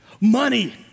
money